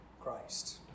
Christ